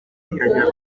iragera